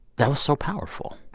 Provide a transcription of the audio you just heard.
that was so powerful